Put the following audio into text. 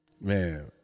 Man